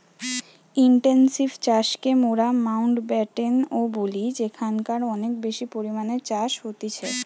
intensive চাষকে মোরা Mountbatten ও বলি যেখানকারে অনেক বেশি পরিমাণে চাষ হতিছে